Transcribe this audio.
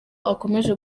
akomeje